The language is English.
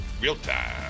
real-time